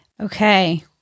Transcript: Okay